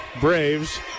Braves